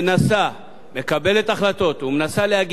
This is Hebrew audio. מקבלת החלטות ומנסה להגיע להבנות גם עם